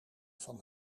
van